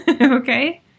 Okay